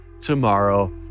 tomorrow